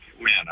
man